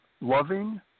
loving